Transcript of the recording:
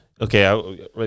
Okay